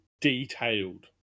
detailed